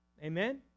Amen